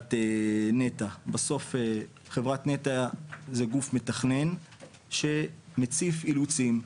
חברת נת"ע בסוף חברת נת"ע זה גוף מתכנן שמציף אילוצים,